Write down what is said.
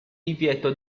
divieto